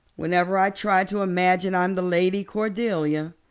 whenever i try to imagine i'm the lady cordelia.